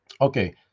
Okay